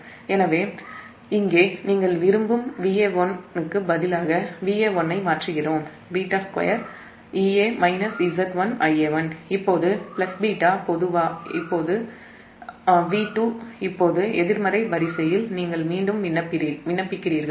எனவே இங்கே நீங்கள் விரும்பும் Va1 க்கு பதிலாக Va1ஐ மாற்றுகிறோம் β2 இப்போது பிளஸ் β Va2 இப்போது எதிர்மறை வரிசையில் இந்த Va2 KVL நீங்கள் மீண்டும் விண்ணப்பிக்கிறீர்கள்